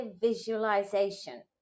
visualization